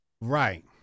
Right